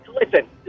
listen